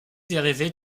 dérivés